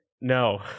No